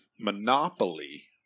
monopoly